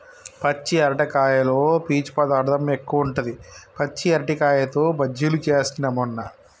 పచ్చి అరటికాయలో పీచు పదార్ధం ఎక్కువుంటది, పచ్చి అరటికాయతో బజ్జిలు చేస్న మొన్న